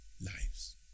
lives